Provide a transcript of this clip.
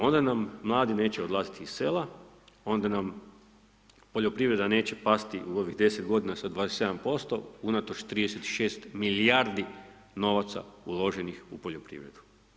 Onda nam mladi neće odlazi iz sela, onda nam poljoprivreda neće pasti u ovih 10 godina sa 27% unatoč 36 milijardi novca uloženih u poljoprivredu.